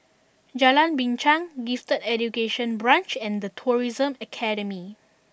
Jalan Binchang Gifted Education Branch and The Tourism Academy